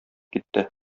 китте